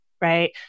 right